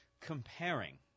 Comparing